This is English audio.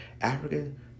African